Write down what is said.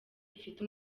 ifite